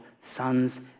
sons